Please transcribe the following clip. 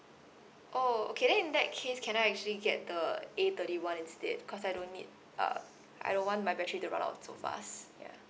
oh okay then in that case can I actually get the A thirty one instead because I don't need uh I don't want my battery to run out so fast ya